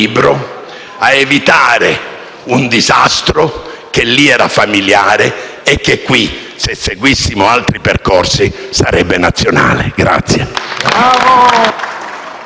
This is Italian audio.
a evitare un disastro che lì era familiare e che qui, se seguissimo altri percorsi, sarebbe nazionale.